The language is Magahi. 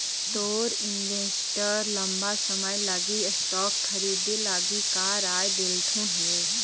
तोर इन्वेस्टर लंबा समय लागी स्टॉक्स खरीदे लागी का राय देलथुन हे?